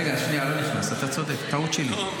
רגע, שנייה, לא נכנס, אתה צודק, טעות שלי.